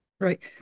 Right